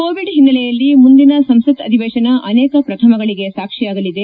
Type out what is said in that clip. Covid ಹಿನ್ತೆಲೆಯಲ್ಲಿ ಮುಂದಿನ ಸಂಸತ್ ಅಧಿವೇಶನ ಅನೇಕ ಪ್ರಥಮಗಳಿಗೆ ಸಾಕ್ಷಿಯಾಗಲಿದೆ